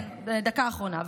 כן, דקה האחרונה.